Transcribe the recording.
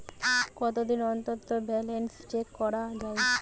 কতদিন অন্তর balance check করা য়ায়?